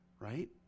right